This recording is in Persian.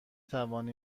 توانم